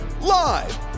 live